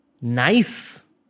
nice